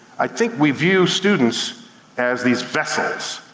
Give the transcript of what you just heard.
i think we view students as these vessels.